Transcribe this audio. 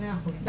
מאה אחוז, תודה.